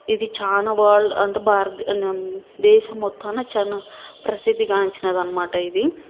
ఇది చాలా వరల్డ్ అంటే భారతదే నం దేశం మొత్తాన చాలా ప్రసిద్ధి గాంచినదన్నమాట ఇవి